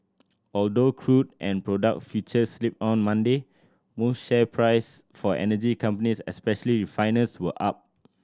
although crude and product futures slipped on Monday most share price for energy companies especially refiners were up